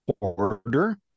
order